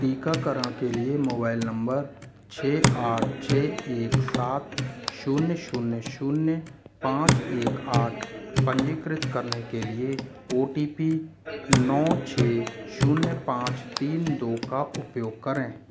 टीकाकरण के लिए मोबाइल नंबर छः आठ छः एक सात शून्य शून्य शून्य पाँच एक आठ पंजीकृत करने के लिए ओ टी पी नौ छः शून्य पाँच तीन दो का उपयोग करें